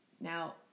Now